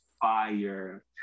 fire